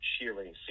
cheering